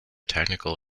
technical